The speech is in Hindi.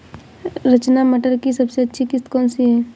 रचना मटर की सबसे अच्छी किश्त कौन सी है?